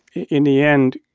in the end,